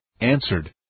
answered